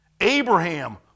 Abraham